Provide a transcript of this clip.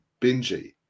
Benji